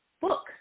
book